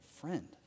friend